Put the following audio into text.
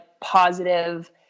positive